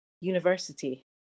university